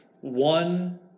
one